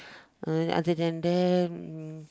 oh other than that